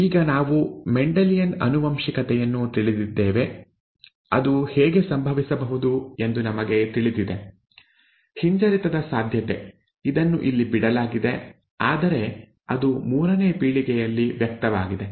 ಈಗ ನಾವು ಮೆಂಡೆಲಿಯನ್ ಆನುವಂಶಿಕತೆಯನ್ನು ತಿಳಿದಿದ್ದೇವೆ ಇದು ಹೇಗೆ ಸಂಭವಿಸಬಹುದು ಎಂದು ನಮಗೆ ತಿಳಿದಿದೆ ಹಿಂಜರಿತದ ಸಾಧ್ಯತೆ ಇದನ್ನು ಇಲ್ಲಿ ಬಿಡಲಾಗಿದೆ ಆದರೆ ಅದು ಮೂರನೇ ಪೀಳಿಗೆಯಲ್ಲಿ ವ್ಯಕ್ತವಾಗಿದೆ